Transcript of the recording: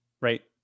right